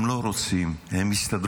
הם לא רוצים: הם יסתדרו,